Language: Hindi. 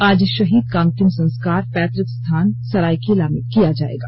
आज शहीद का अंतिम संस्कार पैतुक स्थान सरायकेला में किया जाएगा